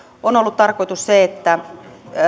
on ollut tarkoitus se että